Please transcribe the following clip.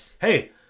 hey